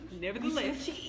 nevertheless